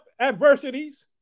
adversities